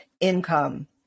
income